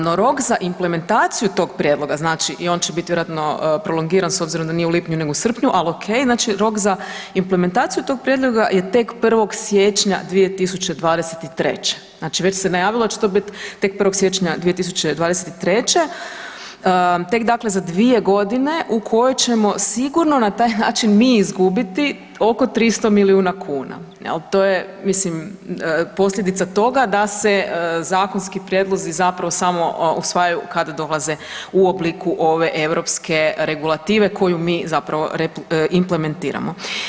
No rok za implementaciju tog prijedloga, znači i on će biti prolongiran s obzirom da nije u lipnju nego u srpnju, ali ok, rok za implementaciju tog prijedloga je tek 1. siječnja 2023., znači već se najavilo da će to bit tek 1. siječnja 2023. tek za dvije godine u koje ćemo sigurno na taj način mi izgubiti oko 300 milijuna kuna, jel to je mislim posljedica toga da se zakonski prijedlozi zapravo samo usvajaju kada dolaze u obliku ove europske regulative koju mi implementiramo.